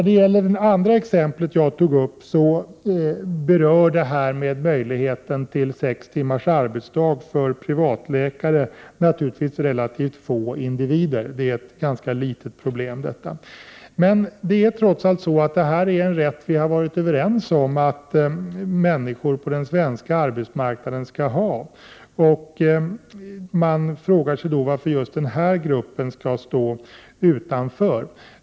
Det andra exemplet som jag tog upp, som gäller möjligheten till sex timmars arbetsdag för privatläkare, berör relativt få individer. Det är ett ganska litet problem. Men trots allt har vi varit överens om att människor på den svenska arbetsmarknaden skall ha den här rättigheten. Varför skall då just denna grupp stå utanför?